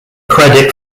credit